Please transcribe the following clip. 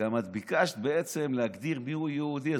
וגם את ביקשת בעצם להגדיר מיהו יהודי.